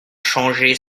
changer